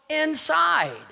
inside